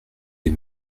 les